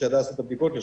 שתדע לעשות את הבדיקות,